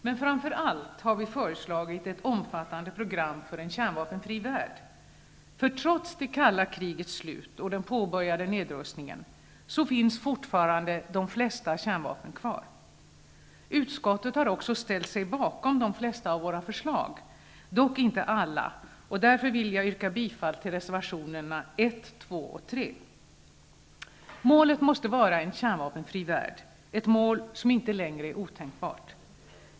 Men framför allt har vi föreslagit ett omfattande program för en kärnvapenfri värld. Trots det kalla krigets slut och den påbörjade nedrustningen finns fortfarande de flesta kärnvapnen kvar. Utskottet har också ställt sig bakom de flesta av våra förslag -- dock inte alla. Därför vill jag yrka bifall till reservationerna 1, 2 Målet måste vara en kärnvapenfri värld; ett mål som inte längre är otänkbart.